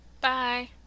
Bye